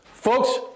Folks